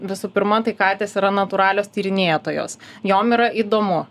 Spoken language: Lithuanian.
visų pirma tai katės yra natūralios tyrinėtojos jom yra įdomu